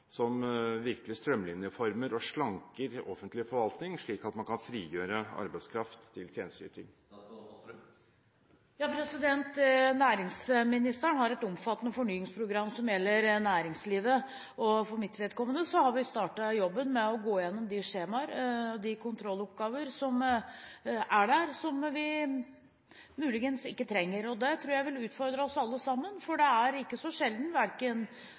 som virkelig strømlinjeformer og slanker offentlig forvaltning, slik at man kan frigjøre arbeidskraft til tjenesteyting. Næringsministeren har et omfattende forenklingsprogram som gjelder næringslivet. Og for vårt vedkommende har vi startet jobben med å gå igjennom de skjemaer og de kontrolloppgaver som er der, som vi muligens ikke trenger. Det tror jeg vil utfordre oss alle sammen, for det er ikke så sjelden